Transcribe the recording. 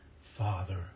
Father